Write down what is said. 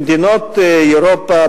במדינות אירופה,